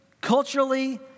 culturally